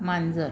मांजर